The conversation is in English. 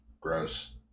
Gross